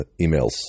emails